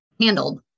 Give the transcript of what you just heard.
handled